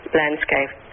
landscape